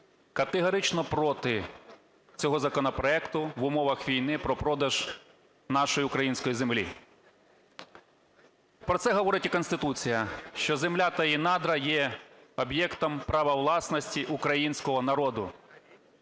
категорично проти цього законопроекту в умовах війни, про продаж нашої української землі. Про це говорить і Конституція, що земля та її надра є об'єктом права власності українського народу.